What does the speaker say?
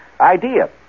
idea